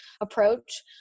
approach